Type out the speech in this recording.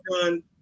done